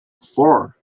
four